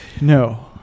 No